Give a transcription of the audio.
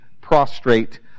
prostrate